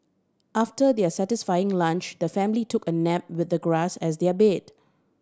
after their satisfying lunch the family took a nap with the grass as their bed